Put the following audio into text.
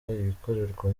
ibikorerwa